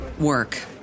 work